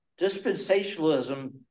dispensationalism